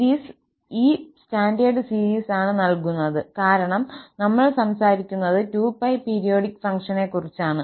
series ഈ standard series ആണ് നൽകുന്നത് കാരണം നമ്മൾ സംസാരിക്കുന്നത് 2 𝜋 പീരിയോഡിക് ഫംഗ്ഷനെക്കുറിച്ചാണ്